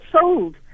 sold